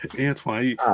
Antoine